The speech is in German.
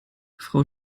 frau